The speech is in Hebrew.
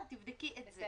תבדקי את זה.